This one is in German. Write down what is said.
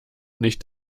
nicht